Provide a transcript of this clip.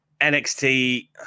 NXT